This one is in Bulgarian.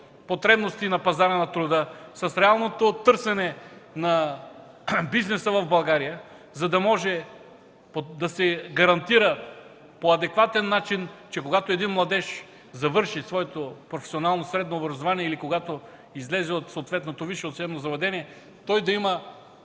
потребности на пазара на труда, с реалното търсене на бизнеса в България, за да може да се гарантира по адекватен начин, че когато един младеж завърши своето професионално средно образование или когато излезе от съответното висше учебно заведение, той да има